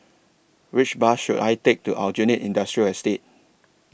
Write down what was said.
Which Bus should I Take to Aljunied Industrial Estate